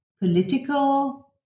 political